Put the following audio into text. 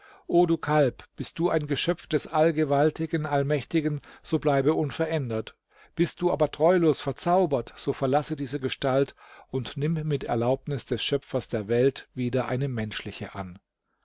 o du kalb bist du ein geschöpf des allgewaltigen allmächtigen so bleibe unverändert bist du aber treulos verzaubert so verlasse diese gestalt und nimm mit erlaubnis des schöpfers der welt wieder eine menschliche an